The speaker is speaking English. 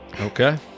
Okay